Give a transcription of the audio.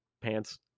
pants